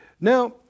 Now